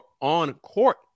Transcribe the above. on-court